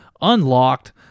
unlocked